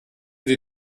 die